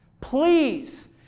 Please